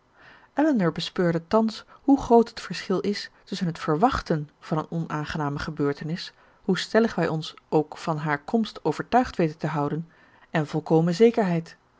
elinor bespeurde thans hoe groot het verschil is tusschen het verwachten van eene onaangename gebeurtenis hoe stellig wij ons ook van hare komst overtuigd weten te houden en volkomen zekerheid